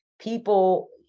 people